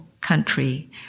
country